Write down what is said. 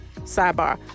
sidebar